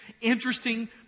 interesting